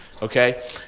okay